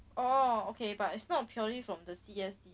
or okay but it's not a purely from 的 C_S_C